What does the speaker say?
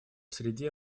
среде